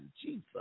Jesus